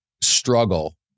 struggle